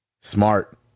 Smart